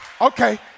Okay